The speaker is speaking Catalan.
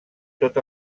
tot